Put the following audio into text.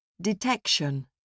Detection